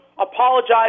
apologize